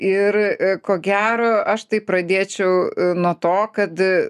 ir ko gero aš tai pradėčiau nuo to kad